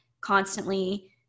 constantly